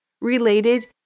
related